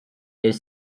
est